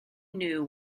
knew